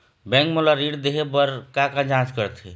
Bank मोला ऋण देहे बार का का जांच करथे?